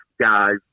guys